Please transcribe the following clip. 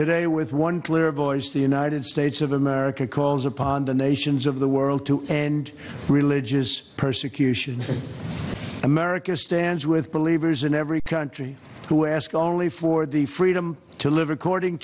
voice the united states of america calls upon the nations of the world to and religious persecution of america stands with believers in every country who ask only for the freedom to live according